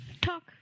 Talk